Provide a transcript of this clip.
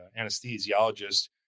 anesthesiologist